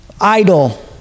idle